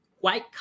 white